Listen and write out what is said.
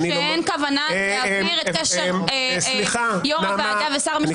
שאין כוונה להבהיר את קשר יו"ר הוועדה ושר המשפטים לקוהלת.